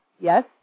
Yes